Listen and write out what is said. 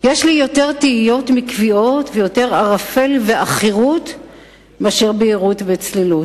יש לי יותר תהיות מקביעות ויותר ערפל ועכירות מאשר בהירות וצלילות.